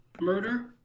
murder